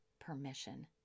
permission